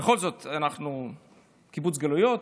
בכל זאת אנחנו קיבוץ גלויות,